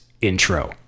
intro